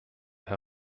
herr